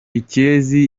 ikirezi